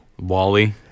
Wally